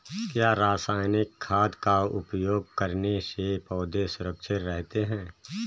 क्या रसायनिक खाद का उपयोग करने से पौधे सुरक्षित रहते हैं?